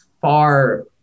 far